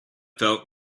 felt